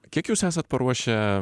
kiek jūs esat paruošę